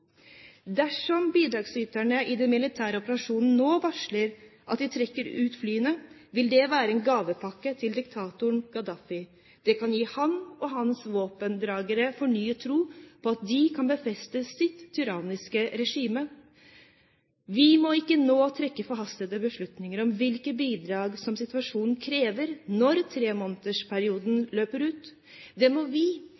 Dersom bidragsyterne i den militære operasjonen nå varsler at de trekker ut flyene, ville det være en gavepakke til diktatoren Gaddafi. Det kan gi ham og hans våpendragere fornyet tro på at de kan befeste sitt tyranniske regime. Vi må ikke nå trekke forhastede slutninger om hvilke bidrag situasjonen krever når tremånedersperioden